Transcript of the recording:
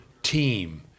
team